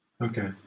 Okay